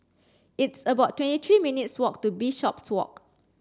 it's about twenty three minutes' walk to Bishopswalk